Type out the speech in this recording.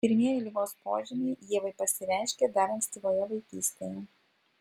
pirmieji ligos požymiai ievai pasireiškė dar ankstyvoje vaikystėje